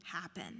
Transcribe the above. happen